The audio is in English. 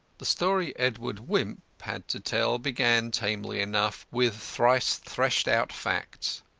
the story edward wimp had to tell began tamely enough with thrice-threshed-out facts.